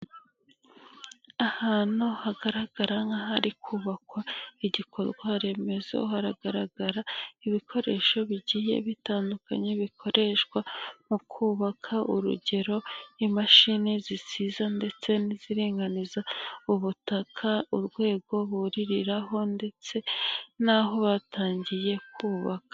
Ahantu hagaragara nk'ahari kubakwa igikorwa remezo haragaragara ibikoresho bigiye bitandukanye bikoreshwa mu kubaka. Urugero imashini zisiza ndetse n'iziringaniza ubutaka urwego buririraho ndetse naho batangiye kubaka.